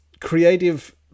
creative